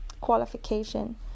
qualification